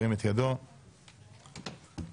הצבעה אושר.